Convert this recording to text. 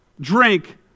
drink